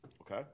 Okay